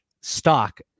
stock